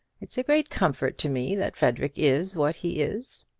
it's a great comfort to me that frederic is what he is.